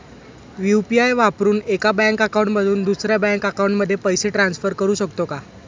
UPI वापरून एका bank account मधून दुसऱ्या बँक अकाउंटमध्ये पैसे ट्रान्सफर करू शकतो का?